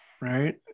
Right